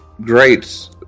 great